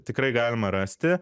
tikrai galima rasti